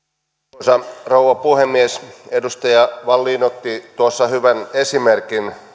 arvoisa rouva puhemies edustaja wallin otti tuossa hyvän esimerkin